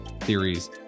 theories